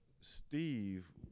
Steve